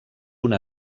una